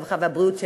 הרווחה והבריאות,